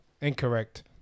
Incorrect